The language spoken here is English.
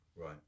Right